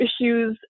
issues